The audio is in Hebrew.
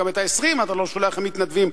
גם את ה-20 אתה לא שולח, הם מתנדבים.